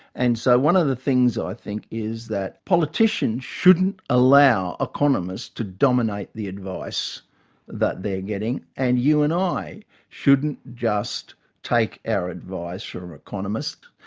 and so one of the things, i think, is that politicians shouldn't allow economists to dominate the advice that they're getting. and you and i shouldn't just take our advice from an economist.